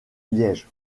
liège